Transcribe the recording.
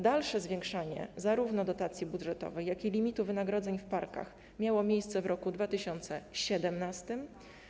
Dalsze zwiększanie zarówno dotacji budżetowej, jak i limitu wynagrodzeń pracowników parków miało miejsce w roku 2017.